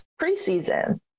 preseason